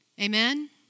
Amen